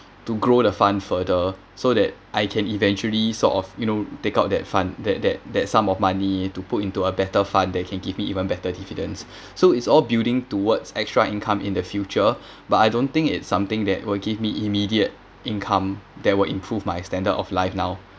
to grow the fund further so that I can eventually sort of you know take out that fund that that that sum of money to put into a better fund that can give me even better dividends so it's all building towards extra income in the future but I don't think it's something that will give me immediate income that will improve my standard of life now